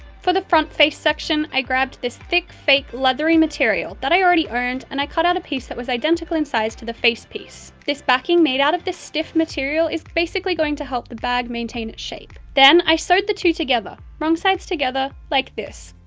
for the front face section, i grabbed this thick fake leathery material, that i already owned, and i cut out a piece that was identical in size to the face piece. this backing made out of this stuff material is basically going to help the bag maintain it's shape. then i sewed the two together, wrong sides together, like this,